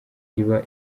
iba